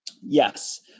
Yes